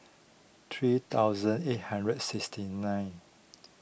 three thousand eight hundred sixty nine